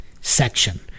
section